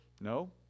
no